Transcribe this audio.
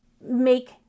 make